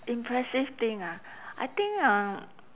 impressive thing ah I think um